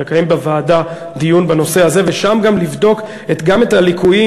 לקיים בוועדה דיון בנושא הזה ושם גם לבדוק את הליקויים,